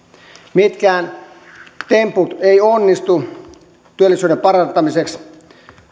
mitkään temput eivät onnistu työllisyyden parantamiseksi